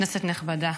כנסת נכבדה,